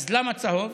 אז למה צהוב?